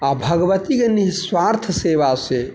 आओर भगवतीके निःस्वार्थ सेवासँ